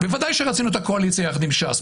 בוודאי רצינו את הקואליציה יחד עם ש"ס.